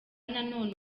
nanone